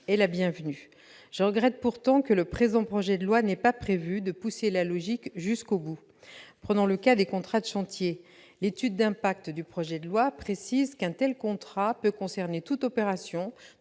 la bienvenue. Je regrette pourtant que le projet de loi n'ait pas prévu de pousser la logique jusqu'au bout. Prenons le cas des contrats de chantier : l'étude d'impact du projet de loi précise qu'« un tel contrat peut concerner toute opération dont